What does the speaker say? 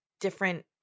different